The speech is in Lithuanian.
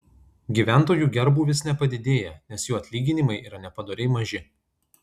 gyventojų gerbūvis nepadidėja nes jų atlyginimai yra nepadoriai maži